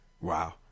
Wow